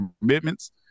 commitments